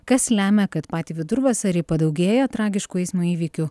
kas lemia kad patį vidurvasarį padaugėja tragiškų eismo įvykių